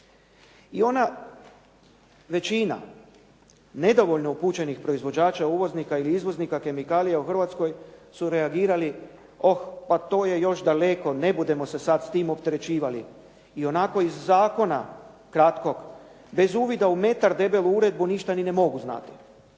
I ona većina nedovoljno upućenih proizvođača uvoznika ili izvoznika kemikalija u Hrvatskoj su reagirali, oh pa to je još daleko, ne budemo se sad s tim opterećivali. Ionako iz zakona kratkog bez uvida u metar debelu uredbu ništa ni ne mogu znati.